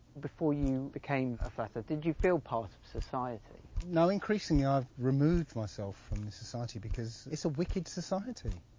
before you became a flat-earther, did you feel part of society? now increasingly i've removed myself from this society because it's a wicked society,